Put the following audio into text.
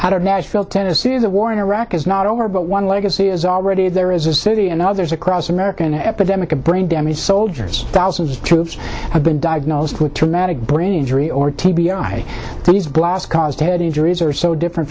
how to nashville tennessee the war in iraq is not over but one legacy is already there is a city and others across america an epidemic of brain damaged soldiers thousands of troops have been diagnosed with traumatic brain injury or t b i these blasts caused head injuries are so different